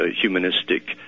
humanistic